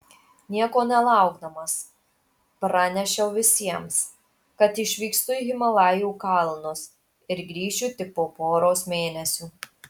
nieko nelaukdamas pranešiau visiems kad išvykstu į himalajų kalnus ir grįšiu tik po poros mėnesių